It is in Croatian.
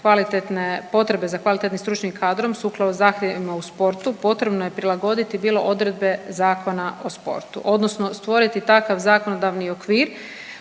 kvalitetne potrebe za kvalitetnim stručnim kadrom sukladno zahtjevima u sportu, potrebno je prilagoditi bilo odredbe Zakona o sportu, odnosno stvoriti takav zakonodavni okvir